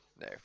No